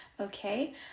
okay